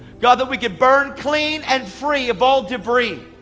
god, that we can burn clean and free of all debris.